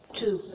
two